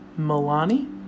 Milani